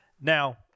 Now